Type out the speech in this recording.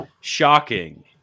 shocking